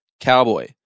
Cowboy